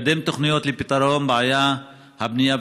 מקדם תוכניות לפתרון בעיית הבנייה